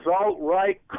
alt-right